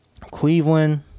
Cleveland